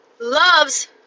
loves